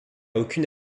aucune